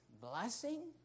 blessing